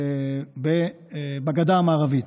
בגדה המערבית.